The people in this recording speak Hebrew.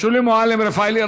שולי מועלם-רפאלי.